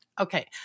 okay